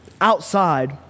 outside